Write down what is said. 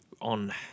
on